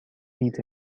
eat